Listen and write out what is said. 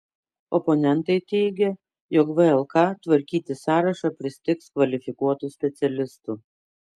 oponentai teigia jog vlk tvarkyti sąrašą pristigs kvalifikuotų specialistų